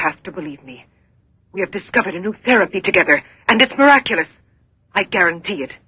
have to believe me we have discovered a new therapy together and it's miraculous i guarantee it